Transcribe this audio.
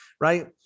Right